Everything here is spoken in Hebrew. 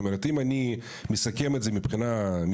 זאת אומרת אם אני מסכם את זה מבחינה משפטית,